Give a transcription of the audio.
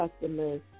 customers